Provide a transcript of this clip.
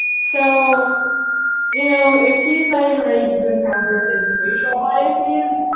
so you know if he's not even ready to encounter his racial biases,